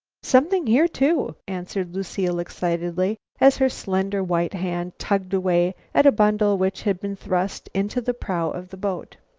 something here, too! answered lucile excitedly, as her slender white hand tugged away at a bundle which had been thrust into the prow of the boat.